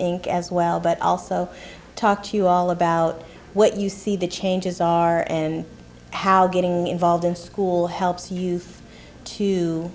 inc as well but also talk to you all about what you see the changes are and how getting involved in school helps you to